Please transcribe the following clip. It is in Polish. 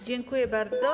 Dziękuję bardzo.